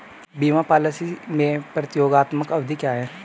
बीमा पॉलिसी में प्रतियोगात्मक अवधि क्या है?